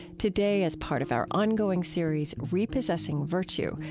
today, as part of our ongoing series, repossessing virtue,